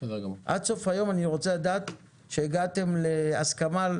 עד סוף היום אני רוצה לדעת שהגעתם להסכמה על